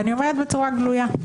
ואני אומרת את זה בצורה גלויה,